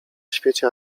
świecie